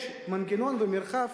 יש מנגנון במרחב